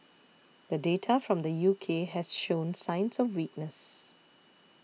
the data from the U K has shown signs of weakness